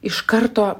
iš karto